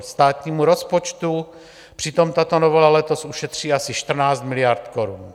Státnímu rozpočtu přitom tato novela letos ušetří asi 14 miliard korun.